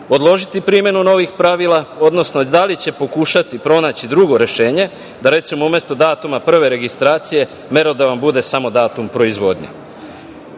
odložiti primenu novih pravila, odnosno da li će pokušati pronaći drugo rešenje, da recimo umesto datuma prve registracije merodavan bude samo datum proizvodnje? Drugo